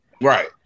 right